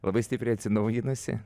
labai stipriai atsinaujinusi